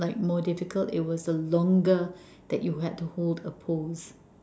like more difficult it was the longer that you had to hold a pose